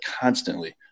constantly